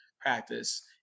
practice